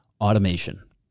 automation